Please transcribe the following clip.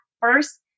first